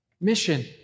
mission